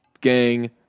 gang